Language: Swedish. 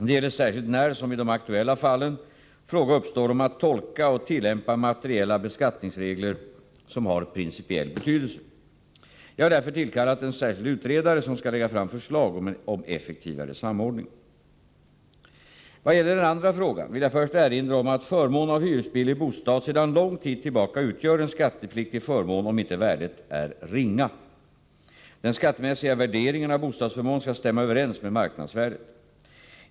Det gäller särskilt när — som i de aktuella fallen — fråga uppstår om att tolka och tillämpa materiella beskattningsregler som har principiell betydelse. Jag har därför tillkallat en särskild utredare som skall lägga fram förslag om effektivare samordning. Vad gäller den andra frågan vill jag först erinra om att förmån av hyresbillig bostad sedan lång tid tillbaka utgör en skattepliktig förmån om inte värdet är ringa. Den skattemässiga värderingen av bostadsförmån skall stämma överens med marknadsvärdet.